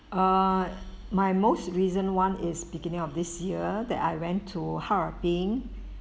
uh my most recent [one] is beginning of this year that I went to harbin